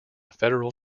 federal